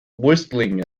whistling